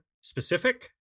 specific